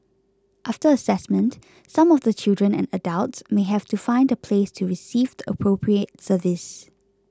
after assessment some of the children and adults may have to find a place to receive the appropriate service